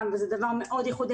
וזה דבר מאוד ייחודי,